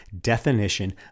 definition